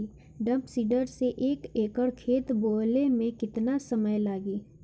Drum seeder से एक एकड़ खेत बोयले मै कितना समय लागी?